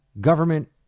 government